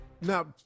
Now